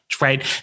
right